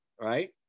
Right